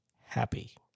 happy